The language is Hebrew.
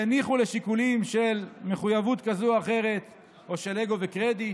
יניחו לשיקולים של מחויבות כזאת או אחרת או של אגו וקרדיט